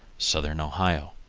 southern ohio.